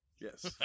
Yes